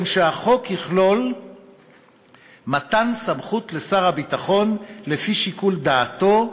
שהחוק יכלול מתן סמכות לשר הביטחון לפי שיקול דעתו",